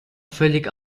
völlig